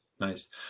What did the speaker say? Nice